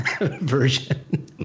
version